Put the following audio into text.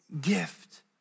gift